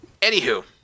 Anywho